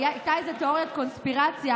הייתה איזה תיאוריות קונספירציה,